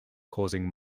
causing